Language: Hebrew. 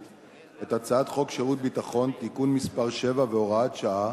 את הצעת חוק שירות ביטחון (תיקון מס' 7 והוראת שעה)